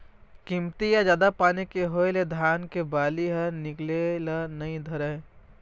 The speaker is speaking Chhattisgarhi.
कमती या जादा पानी के होए ले धान के बाली ह निकले ल नइ धरय